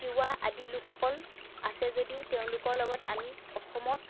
তিৱা আদি লোকসকল আছে যদিও তেওঁলোকৰ লগত আমি অসমত